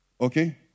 Okay